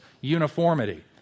uniformity